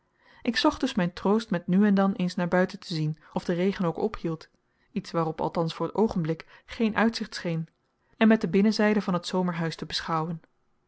ik zocht dus mijn troost met nu en dan eens naar buiten te zien of de regen ook ophield iets waarop althans voor t oogenblik geen uitzicht scheen en met de binnenzijde van het zomerhuis te beschouwen